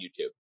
YouTube